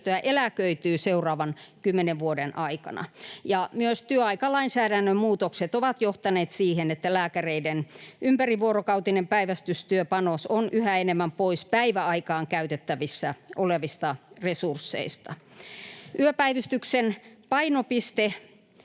eläköityy seuraavan kymmenen vuoden aikana. Myös työaikalainsäädännön muutokset ovat johtaneet siihen, että lääkäreiden ympärivuorokautinen päivystystyöpanos on yhä enemmän pois päiväaikaan käytettävissä olevista resursseista. Yöpäivystyksen painopiste